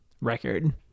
record